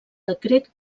decret